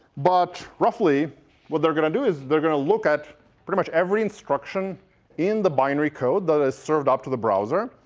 but roughly what they're going to do is, they're going to look at pretty much every instruction in the binary code that is served up to the browser.